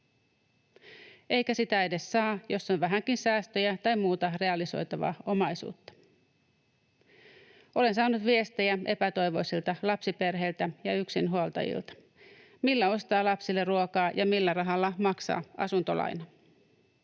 eikä sitä edes saa, jos on vähänkin säästöjä tai muuta, realisoitavaa omaisuutta. Olen saanut viestejä epätoivoisilta lapsiperheiltä ja yksinhuoltajilta: millä ostaa lapsille ruokaa, ja millä rahalla maksaa asuntolaina?